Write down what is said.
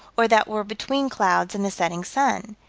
or that were between clouds and the setting sun.